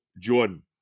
Jordan